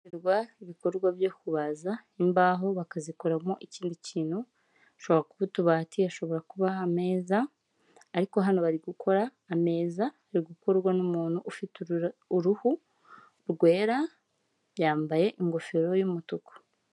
Ibikorwa byo kubaza imbaho bakazikoramo ikindi kintu bishobora kuba utubati ashobora kuba meza ariko hano bari gukora ameza ari gukorwa n'umuntu ufite uruhu rwera yambaye ingofero y'umutuku.